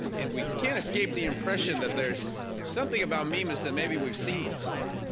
and we can't escape the impression that there's something about mimas that maybe we've seen before.